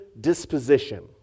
disposition